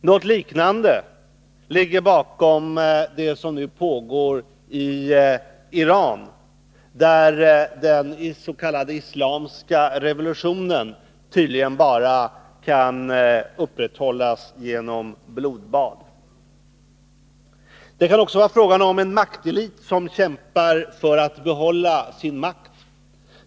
Något liknande ligger bakom det som nu pågår i Iran, där den s.k. islamiska revolutionen tydligen bara kan upprätthållas genom blodbad. Det kan också vara fråga om en maktelit, som kämpar för att behålla sin makt.